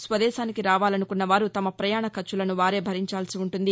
స్వదేశానికి రావాలనుకున్న వారు తమ ప్రయాణ ఖర్చులను వారే భరించాల్సి ఉంటుంది